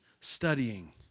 Studying